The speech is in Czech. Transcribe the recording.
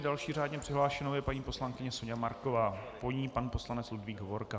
Další řádně přihlášenou je paní poslankyně Soňa Marková, po ní pan poslanec Ludvík Hovorka.